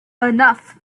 enough